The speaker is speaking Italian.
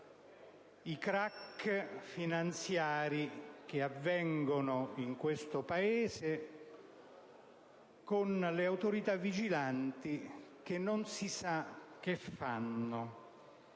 i *crack* finanziari che avvengono in questo Paese mentre le autorità vigilanti non si sa che fanno.